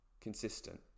consistent